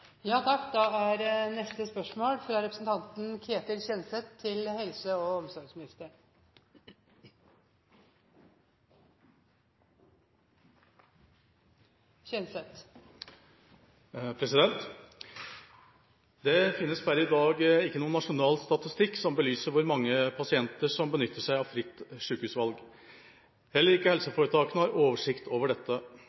finnes pr. i dag ikke nasjonal statistikk som belyser hvor mange pasienter som benytter seg av fritt sykehusvalg. Heller ikke